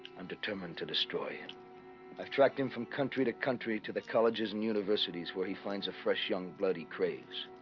undetermined to destroy i've tracked him from country to country to the colleges and universities where he finds a fresh young bloody craves